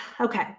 Okay